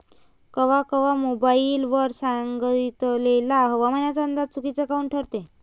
कवा कवा मोबाईल वर सांगितलेला हवामानाचा अंदाज चुकीचा काऊन ठरते?